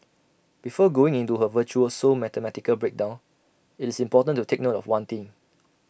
before going into her virtuoso mathematical breakdown IT is important to take note of one thing